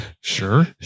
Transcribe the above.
Sure